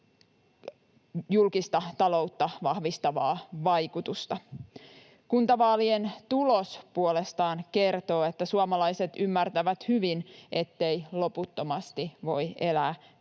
julkista taloutta vahvistavaa vaikutusta. Kuntavaalien tulos puolestaan kertoo, että suomalaiset ymmärtävät hyvin, ettei loputtomasti voi elää